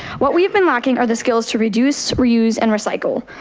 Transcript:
what we have been lacking are the skills to reduce, reuse, and recycle.